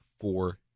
four